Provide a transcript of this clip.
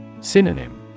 Synonym